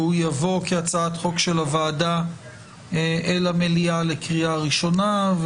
וזאת תבוא כהצעת חוק של הוועדה אל המליאה לקריאה ראשונה.